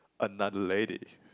another lady